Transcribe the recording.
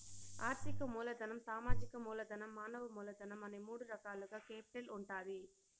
ఆర్థిక మూలధనం, సామాజిక మూలధనం, మానవ మూలధనం అనే మూడు రకాలుగా కేపిటల్ ఉంటాది